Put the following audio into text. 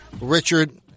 Richard